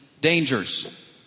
dangers